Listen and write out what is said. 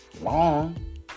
long